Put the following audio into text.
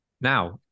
Now